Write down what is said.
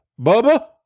Bubba